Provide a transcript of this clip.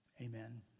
Amen